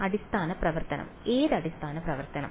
വിദ്യാർത്ഥി അടിസ്ഥാന പ്രവർത്തനം ഏത് അടിസ്ഥാന പ്രവർത്തനം